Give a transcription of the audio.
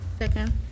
second